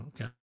okay